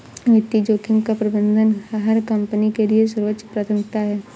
वित्तीय जोखिम का प्रबंधन हर कंपनी के लिए सर्वोच्च प्राथमिकता है